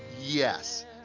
Yes